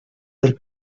del